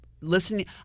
listening